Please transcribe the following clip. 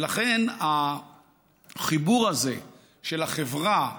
ולכן, החיבור הזה של החברה,